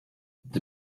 the